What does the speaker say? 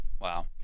Wow